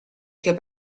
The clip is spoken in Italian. che